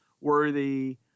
worthy